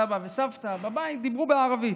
סבא וסבתא דיברו בבית ערבית.